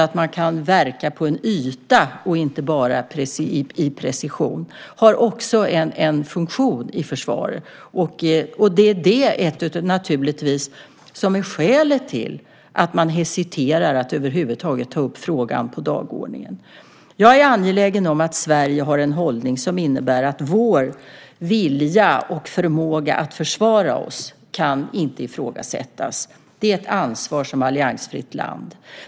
Att man kan verka på en yta och inte bara i precision har också en funktion i försvaret. Det är naturligtvis skälet till att man hesiterar inför att över huvud taget ta upp frågan på dagordningen. Jag är angelägen om att Sverige har en hållning som innebär att vår vilja och förmåga att försvara oss inte kan ifrågasättas. Det är ett ansvar vi har som alliansfritt land.